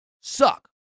suck